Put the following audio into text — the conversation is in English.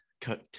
cut